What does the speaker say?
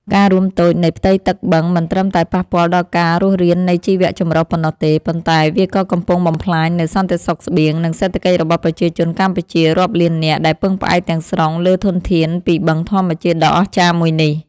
ការរួមតូចនៃផ្ទៃទឹកបឹងមិនត្រឹមតែប៉ះពាល់ដល់ការរស់រាននៃជីវៈចម្រុះប៉ុណ្ណោះទេ ប៉ុន្តែវាក៏កំពុងបំផ្លាញនូវសន្តិសុខស្បៀង និងសេដ្ឋកិច្ចរបស់ប្រជាជនកម្ពុជារាប់លាននាក់ ដែលពឹងផ្អែកទាំងស្រុងលើធនធានពីបឹងធម្មជាតិដ៏អស្ចារ្យមួយនេះ។